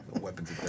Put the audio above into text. Weapons